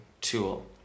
tool